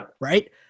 Right